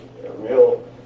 real